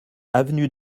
avenue